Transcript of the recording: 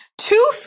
Two